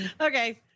Okay